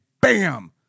bam